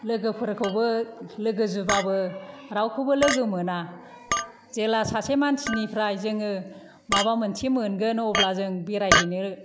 लोगोफोरखौबो लोगोजोबाबो रावखौबो लोगो मोना जेला सासे मानसिनिफ्राय जोङो माबा मोनसे मोनगोन अब्ला जों बेरायहैनो